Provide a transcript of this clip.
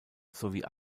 sowie